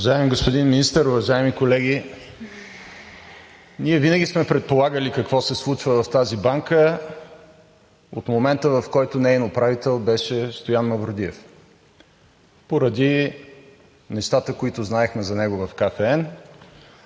Уважаеми господин Министър, уважаеми колеги! Ние винаги сме предполагали какво се случва в тази банка от момента, в който неин управител беше Стоян Мавродиев, поради нещата, които знаехме за него в КФН,